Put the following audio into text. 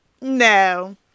no